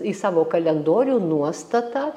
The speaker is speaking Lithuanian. į savo kalendorių nuostatą